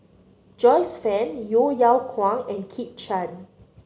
Joyce Fan Yeo Yeow Kwang and Kit Chan